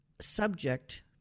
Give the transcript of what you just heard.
subject